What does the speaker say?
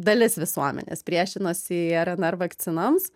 dalis visuomenės priešinosi irnr vakcinoms